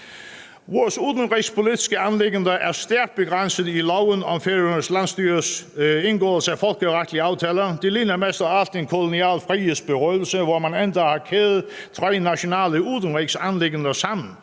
Vores udenrigspolitiske anliggender er stærkt begrænsede i loven om Færøernes landsstyres indgåelse af folkeretlige aftaler. Det ligner mest af alt en kolonial frihedsberøvelse, hvor man endda har kædet tre nationale udenrigsanliggender sammen,